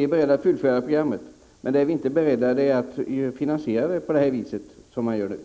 är beredda att utföra programmet, men vi är inte beredda att finansiera det på det sätt som föreslås.